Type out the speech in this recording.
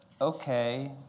okay